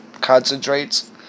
concentrates